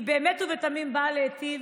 היא באמת ובתמים באה להיטיב